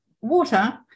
water